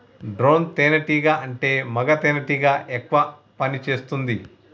drone తేనే టీగా అంటే మగ తెనెటీగ ఎక్కువ పని చేస్తుంది